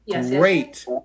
great